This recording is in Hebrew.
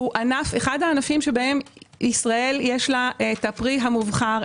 הוא אחד הענפים שבהם לישראל יש את הפרי המובחר,